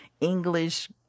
English